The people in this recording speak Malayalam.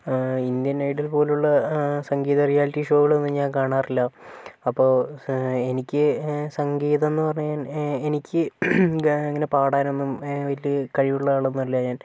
ഇന്ത്യൻ എയ്ഡൽ പോലുള്ള സംഗീത റിയാലിറ്റി ഷോകളൊന്നും ഞാൻ കാണാറില്ല അപ്പോൾ എനിക്ക് സംഗീതമെന്ന് പറഞ്ഞ എനിക്ക് ഇങ്ങനെ പാടാനൊന്നും വലിയ കഴിവുള്ള ആളൊന്നും അല്ല ഞാൻ